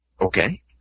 Okay